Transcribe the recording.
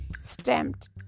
stamped